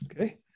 Okay